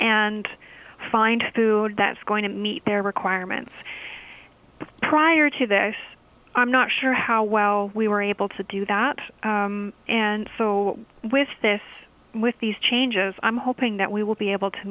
and find food that's going to meet their requirements prior to this i'm not sure how well we were able to do that and so with this with these changes i'm hoping that we will be able to